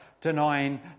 denying